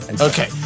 Okay